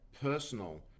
personal